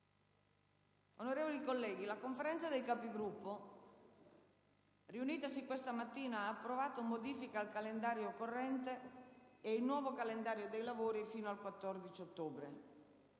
nuova finestra"). La Conferenza dei Capigruppo, riunitasi questa mattina, ha approvato modifiche al calendario corrente e il nuovo calendario dei lavori fino al 14 ottobre.